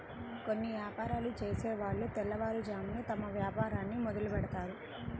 కొన్ని యాపారాలు చేసేవాళ్ళు తెల్లవారుజామునే తమ వ్యాపారాన్ని మొదలుబెడ్తారు